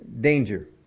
danger